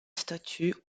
statue